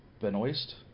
Benoist